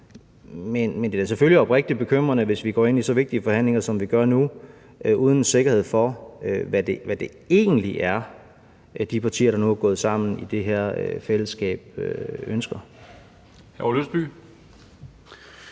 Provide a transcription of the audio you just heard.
Men det er da selvfølgelig oprigtig bekymrende, hvis vi går ind i så vigtige forhandlinger, som vi gør nu, uden sikkerhed for, hvad det egentlig er, de partier, der nu er gået sammen i det her fællesskab, ønsker.